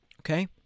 Okay